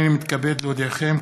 הינני מתכבד להודיעכם,